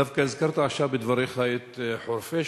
דווקא הזכרת עכשיו בדבריך את חורפיש.